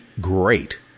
great